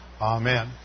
Amen